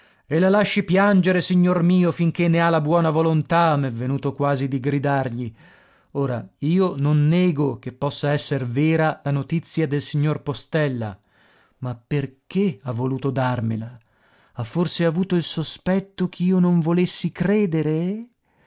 e la lasci piangere signor mio finché ne ha la buona volontà m'è venuto quasi di gridargli ora io non nego che possa esser vera la notizia del signor postella ma perché ha voluto darmela ha forse avuto il sospetto ch'io non volessi credere